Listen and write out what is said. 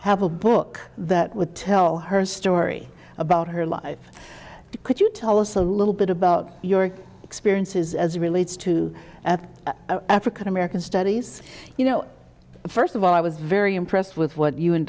have a book that would tell her story about her life could you tell us a little bit about your experiences as relates to african american studies you know first of all i was very impressed with what you and